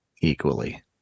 equally